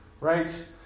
Right